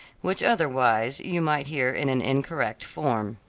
which otherwise you might hear in an incorrect form.